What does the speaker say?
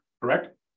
correct